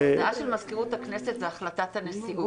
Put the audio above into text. הודעה של מזכירות הכנסת זה החלטת הנשיאות,